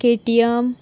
KTM